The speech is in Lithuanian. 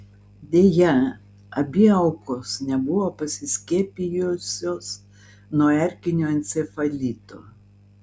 deja abi aukos nebuvo pasiskiepijusios nuo erkinio encefalito